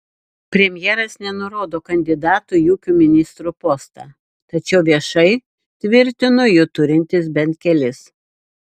premjeras nenurodo kandidatų į ūkio ministro postą tačiau viešai tvirtino jų turintis bent kelis